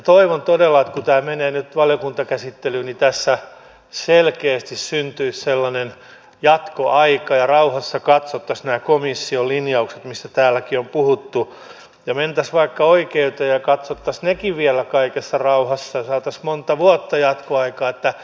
toivon todella että kun tämä menee nyt valiokuntakäsittelyyn niin tässä selkeästi syntyisi sellainen jatkoaika ja rauhassa katsottaisiin nämä komission linjaukset mistä täälläkin on puhuttu ja mentäisiin vaikka oikeuteen ja katsottaisiin sekin vielä kaikessa rauhassa ja saataisiin monta vuotta jatkoaikaa